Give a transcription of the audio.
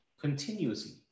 continuously